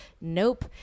Nope